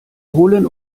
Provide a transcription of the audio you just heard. holen